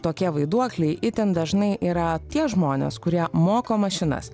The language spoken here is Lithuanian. tokie vaiduokliai itin dažnai yra tie žmonės kurie moko mašinas